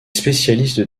spécialiste